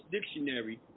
Dictionary